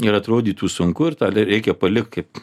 ir atrodytų sunku ir tą reikia palikti kaip